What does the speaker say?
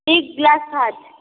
एक ग्लास छाछ